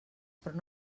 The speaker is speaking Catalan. però